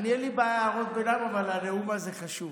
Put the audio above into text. אין לי בעיה עם הערות ביניים, אבל הנאום הזה חשוב.